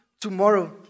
tomorrow